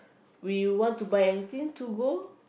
we want to buy anything to go